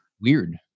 weird